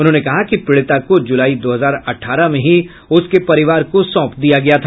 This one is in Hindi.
उन्होंने कहा कि पीड़िता को जुलाई दो हजार अठारह में ही उसके परिवार को सौंप दिया गया था